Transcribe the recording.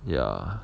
ya